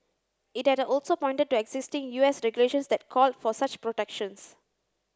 it had also pointed to existing U S regulations that call for such protections